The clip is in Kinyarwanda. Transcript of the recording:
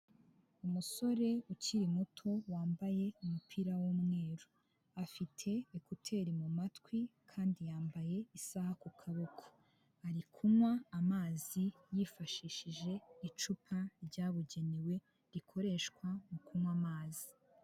Umusore ukiri muto wambaye umupira w'umweru, afite ekuteri mu matwi kandi yambaye isaha ku kaboko, ari kunywa amazi yifashishije icupa ryabugenewe rikoreshwa mu kunywa amazi.